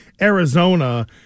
Arizona